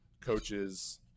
coaches